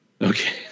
Okay